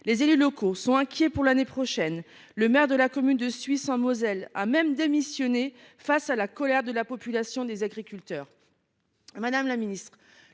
Les élus locaux sont inquiets pour l’année prochaine. Le maire de la commune mosellane de Suisse a même démissionné face à la colère de la population et des agriculteurs.